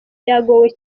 yagowe